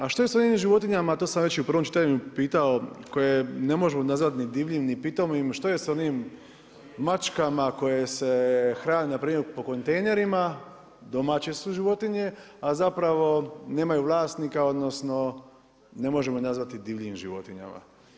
A što je s ovim životinjama, to sam već i u prvom čitanju pitao, koje ne možemo nazvati ni divljim, ni pitomim, što je s onim mačkama koje s hrane, npr. po kontejnerima, domaće su životinje, s zapravo nemaju vlasnika, odnosno, ne možemo ih nazvati divljim životinjama?